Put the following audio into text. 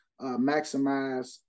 maximize